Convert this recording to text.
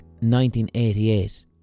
1988